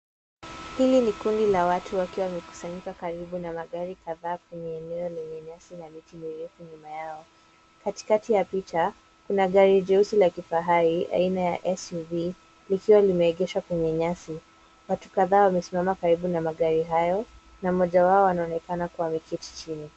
Hili ni kundi la watu wakiwa wamekusanyika karibu na magari kadhaa kwenye eneo lenye nyasi na miti mirefu nyuma yao. Katikati ya picha kuna gari jeusi la kifahari aina ya suv likiwa limeegeshwa kwenye nyasi. Watu kadhaa wamesimama karibu na magari hayo na mmoja wao anaonekana kuwa ameketi chini.